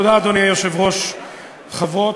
תודה, אדוני היושב-ראש, חברות,